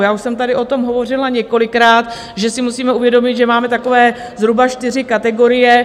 Já už jsem tady o tom hovořila několikrát, že si musíme uvědomit, že máme zhruba čtyři kategorie.